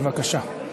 בבקשה.